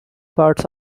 parts